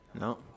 No